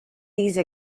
these